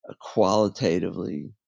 qualitatively